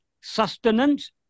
sustenance